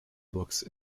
books